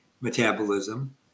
metabolism